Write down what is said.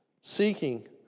seeking